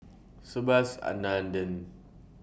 Subhas Anandan